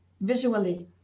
visually